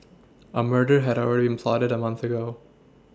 a murder had already been plotted a month ago